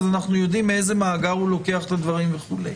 אנו יודעים מאיזה מאגר הוא לוקח את הדברים וכו'.